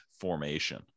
formation